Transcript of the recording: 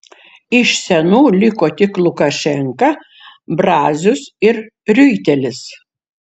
iš senų liko tik lukašenka brazius ir riuitelis